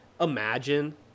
imagine